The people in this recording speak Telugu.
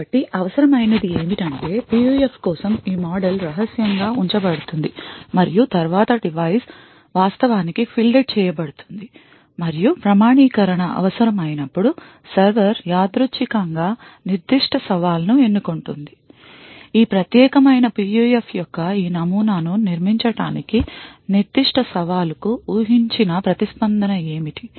కాబట్టి అవసరమైనది ఏమిటంటే PUF కోసం ఈ మోడల్ రహస్యంగా ఉంచబడుతుంది మరియు తరువాత డివైస్ వాస్తవానికి fielded చేయబడుతుంది మరియు ప్రామాణీకరణ అవసరం అయినప్పుడు సర్వర్ యాదృచ్ఛికంగా నిర్దిష్ట సవాలు ను ఎన్నుకుంటుంది ఈ ప్రత్యేకమైన PUF యొక్క ఈ నమూనా ను నిర్మించటానికి నిర్దిష్ట సవాలుకు ఊహించిన ప్రతిస్పందన ఏమిటి